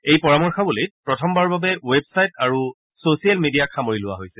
এই পৰামৰ্শাৱলীত প্ৰথমবাৰৰ বাবে ৱেবছাইট আৰু ছচিয়েল মিডিয়াক সামৰি লোৱা হৈছে